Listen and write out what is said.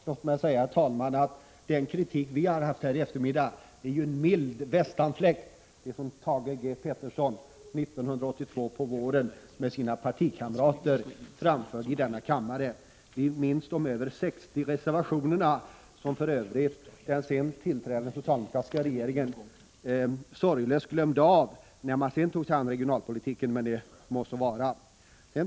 Låt mig, herr talman, säga att den kritik vi framfört häri eftermiddag är en mild västanfläkt i jämförelse med vad Thage Peterson och hans partikamrater framförde i denna kammare 1982 på våren. Vi minns deras över 60 reservationer, som för övrigt den sedan tillträdande socialdemokratiska regeringen sorglöst glömde av när man tog sig an regionalpolitiken, men det må så vara.